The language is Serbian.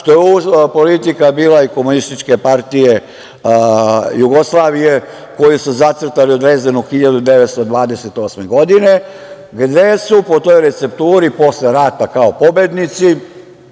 što je bila politika Komunističke partije Jugoslavije koju su zacrtali u Drezdenu 1928. godine, gde su po toj recepturi posle rata kao pobednici,